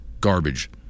garbage